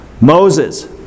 Moses